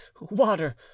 water